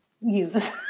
use